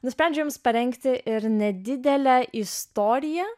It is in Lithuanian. nusprendžiau jums parengti ir nedidelę istoriją